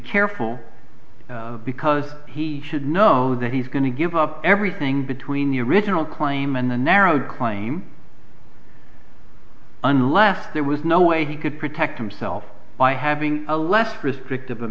careful because he should know that he's going to give up everything between the original claim and the narrow claim unless there was no way he could protect himself by having a less restrictive